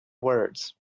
words